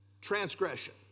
transgression